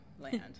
land